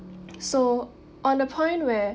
so on the point where